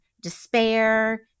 despair